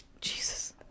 jesus